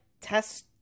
test